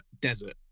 desert